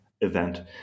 event